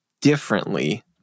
differently